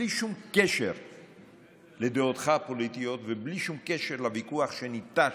בלי שום קשר לדעותיך הפוליטיות ובלי שום קשר לוויכוח שניטש,